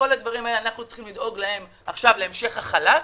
אנחנו צריכים לדאוג להם להמשך החל"ת.